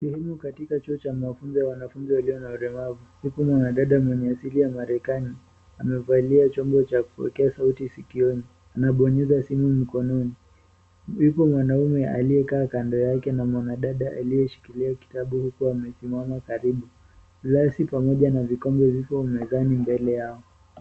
Sehemu katika chuo cha wanafunzi walio na ulemavu. Yupo mwanadada mwenye asili ya Marekani. Amevalia chombo cha kuwekea sauti sikioni. Anabonyeza simu mkononi. Yupo mwanaume aliyekaa kando yake na mwanadada aliyeshikilia kitabu huku amesimama karibu. Glasi pamoja na vikombe vipo mezani mbele yao.